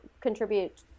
contribute